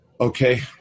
Okay